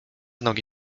nogi